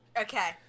Okay